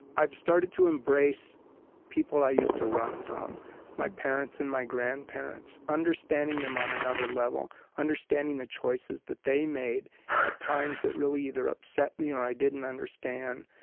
i've started to embrace people i used to run from my parents and my grandparents, understanding them on another level, understanding the choices that they made at times that really either upset me or i didn't understand.